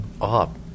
up